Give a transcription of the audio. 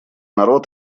народ